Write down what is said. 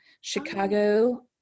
Chicago